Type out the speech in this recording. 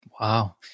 wow